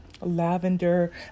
lavender